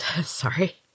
sorry